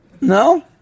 no